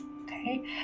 Okay